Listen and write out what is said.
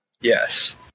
Yes